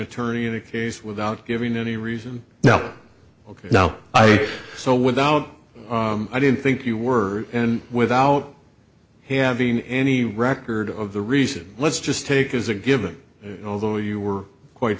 attorney in a case without giving any reason now ok now i so without i didn't think you were and without having any record of the reason let's just take it as a given although you were quite